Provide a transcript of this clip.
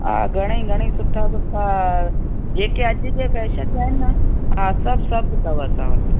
हा घणेईं घणेईं सुठा सुठा जेके अॼ जे फ़ैशन जा आहिनि न हा सभु सभु अथव असां वटि